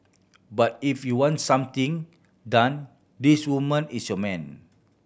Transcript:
but if you want something done this woman is your man